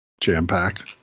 jam-packed